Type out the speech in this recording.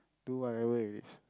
do whatever it is